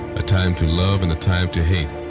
a time to love and a time to hate.